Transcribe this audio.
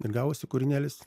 ir gavosi kūrinėlis